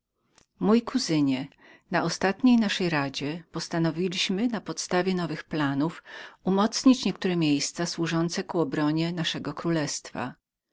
mój kuzynie na ostatniej naszej radzie postanowiliśmy zażądać nowych planów i umocnić niektóre miejsca służące ku obronie naszego królestwa